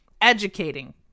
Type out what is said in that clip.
Educating